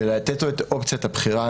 ולתת לו את אופציית הבחירה,